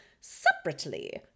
separately